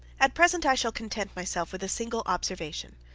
at present i shall content myself with a single observation.